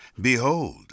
Behold